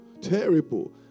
terrible